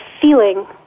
feeling